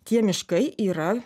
tie miškai yra